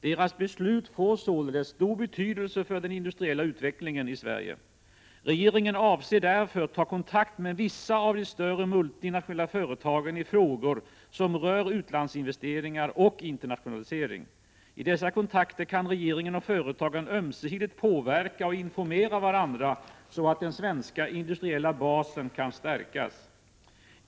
Deras beslut får således stor betydelse för den industriella utvecklingen i Sverige. Regeringen avser därför att ta kontakt med vissa av de större multinationella företagen i frågor som rör utlandsinvesteringar och internationalisering. I dessa kontakter kan regeringen och företagen ömsesidigt påverka och informera varandra så att den svenska industriella basen kan stärkas.